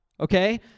okay